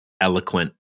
eloquent